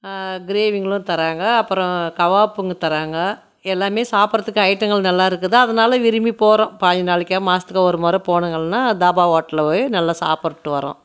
கிரேவிங்களும் தராங்க அப்புறம் கவாப்புங்க தராங்க எல்லாமே சாப்பிடுறதுக்கு ஐட்டங்கள் நல்லா இருக்குது அதனால விரும்பி போகிறோம் பதினஞ்சு நாளைக்கோ மாதத்துக்கோ ஒரு முறை போனிங்கள்னால் தாபா ஹோட்டலில் போய் நல்லா சாப்பிட்டு வர்றோம்